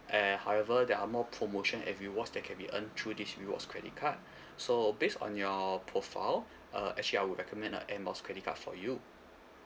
eh however there are more promotion and rewards that can be earned through this rewards credit card so based on your profile uh actually I would recommend a air miles credit card for you